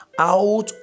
out